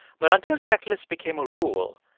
but until checklists became a rule,